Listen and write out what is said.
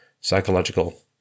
psychological